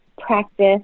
practice